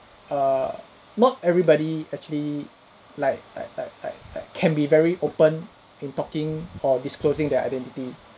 err not everybody actually like like like like like can be very open in talking or disclosing their identity